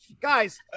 guys